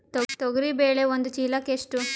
ತೊಗರಿ ಬೇಳೆ ಒಂದು ಚೀಲಕ ಎಷ್ಟು?